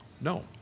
No